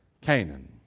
Canaan